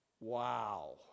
wow